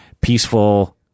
peaceful